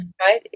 Right